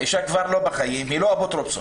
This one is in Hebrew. האישה כבר לא בחיים והיא לא אפוטרופוס.